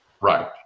Right